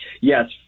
yes